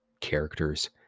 characters